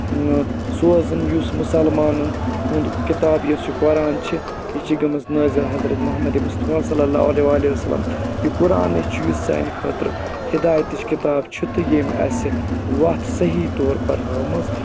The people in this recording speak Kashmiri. سوزن یُس مُسلمانَن ہُنٛد کِتاب یۄس یہِ قۄران چھِ یہِ چھِ گٔمٕژ نٲزِل حضرت محمد مُصطفیٰ صل اللہ علیہ وَ اٰلہٖ وسلم یہِ قُرانٕے چھُ یُس سانہِ خٲطرٕ ہدایتٕچ کِتاب چھُ تہٕ ییٚمۍ اَسہِ وَتھ صحیح طور پَر ہٲومٕژ